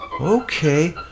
Okay